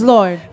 Lord